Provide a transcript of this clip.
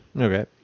Okay